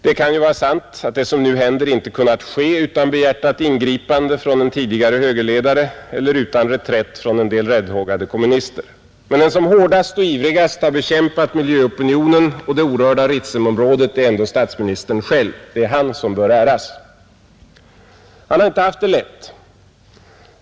Det kan vara sant att det som nu händer inte kunnat ske utan behjärtat ingripande från en tidigare högerledare eller utan reträtt från en del räddhågade kommunister, men den som hårdast och ivrigast har bekämpat miljöopinionen och det orörda Ritsemområdet är ändå statsministern själv, Det är han som bör äras, Han har inte haft det lätt.